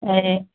ए